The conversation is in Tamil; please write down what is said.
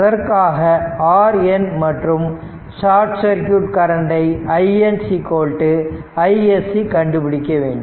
அதற்காக RN மற்றும் ஷார்ட் சர்க்யூட் கரண்டை IN iSC கண்டுபிடிக்க வேண்டும்